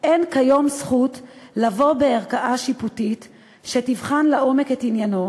אין כיום זכות לבוא בערכאה שיפוטית שתבחן לעומק את עניינו,